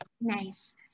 Nice